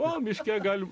o biškį gal